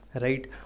Right